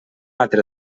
altre